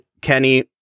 Kenny